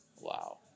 wow